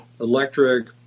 electric